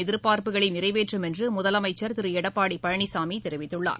எதிர்பார்ப்புகளை நிறைவேற்றும் என்று முதலமைச்சர் திரு எடப்பாடி பழனிசாமி தெரிவித்துள்ளார்